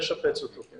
לשפץ אותו.